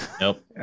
Nope